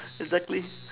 exactly